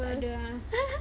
tak ada ah